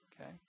Okay